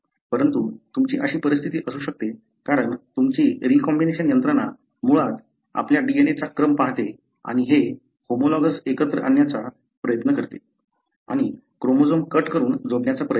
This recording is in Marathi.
परंतु तुमची अशी परिस्थिती असू शकते कारण तुमची रीकॉम्बिनेशन यंत्रणा मुळात आपल्या DNA चा क्रम पाहते आणि हे होमोलॉगस एकत्र आणण्याचा प्रयत्न करते आणि क्रोमोझोम कट करून जोडण्याचा प्रयत्न करते